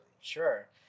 Sure